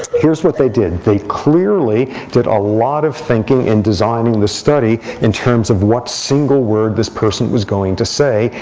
here's what they did. they clearly did a lot of thinking in designing this study, in terms of what single word this person was going to say.